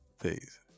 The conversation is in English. please